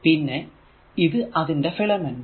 പിന്നെ ഇത് അതിന്റെ ഫിലമെൻറ്